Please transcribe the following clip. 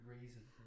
reason